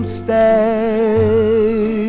stay